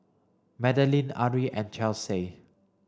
Madaline Ari and Chelsey